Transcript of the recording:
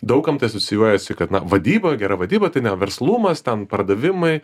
daug kam tai asocijuojasi kad vadyba gera vadyba tai ne verslumas ten pardavimai